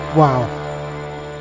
Wow